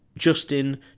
Justin